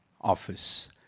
office